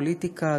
פוליטיקה,